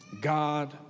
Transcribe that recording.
God